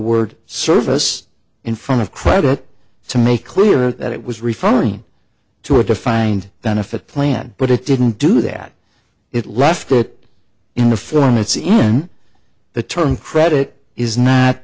word service in front of credit to make clear that it was referring to a defined benefit plan but it didn't do that it left it in the form it's in and the term credit is n